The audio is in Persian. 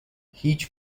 هیچ